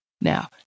Now